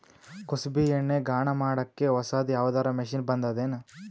ಕುಸುಬಿ ಎಣ್ಣೆ ಗಾಣಾ ಮಾಡಕ್ಕೆ ಹೊಸಾದ ಯಾವುದರ ಮಷಿನ್ ಬಂದದೆನು?